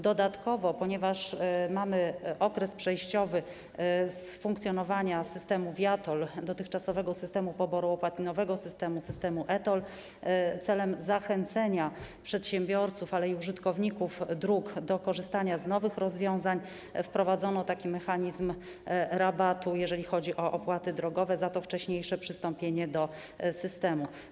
Dodatkowo, ponieważ mamy okres przejściowy, bo z funkcjonowania systemu viaTOLL, dotychczasowego systemu poboru opłat, przechodzimy do nowego systemu eTOLL, celem zachęcenia przedsiębiorców i użytkowników dróg do korzystania z nowych rozwiązań wprowadzono taki mechanizm rabatu, jeżeli chodzi o opłaty drogowe za wcześniejsze przystąpienie do systemu.